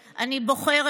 אתה היית ראש עיר.